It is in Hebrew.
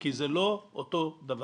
כי זה לא אותו דבר.